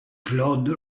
claude